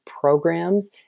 programs